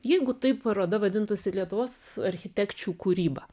jeigu taip paroda vadintųsi lietuvos architekčių kūryba